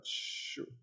sure